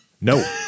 No